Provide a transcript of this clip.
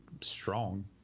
strong